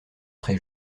très